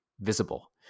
visible